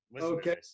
okay